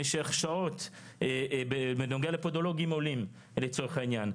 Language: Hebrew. במשך שעות בנוגע לפודולוגים עולים לצורך העניין,